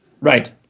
Right